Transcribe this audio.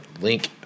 link